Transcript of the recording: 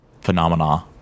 phenomena